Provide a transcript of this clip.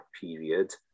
period